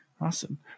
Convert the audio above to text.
Awesome